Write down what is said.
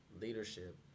leadership